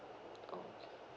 okay